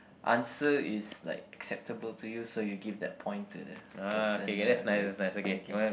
answer is like acceptable to you so you give that point to the person ah okay okay okay